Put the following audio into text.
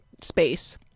space